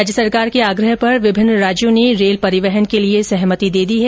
राज्य सरकार के आग्रह पर विभिन्न राज्यों ने रेल परिवहन के लिए सहमति दे दी है